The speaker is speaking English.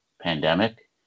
pandemic